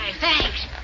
Thanks